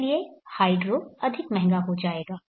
इसलिए हाइड्रो अधिक महंगा हो जाएगा